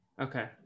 okay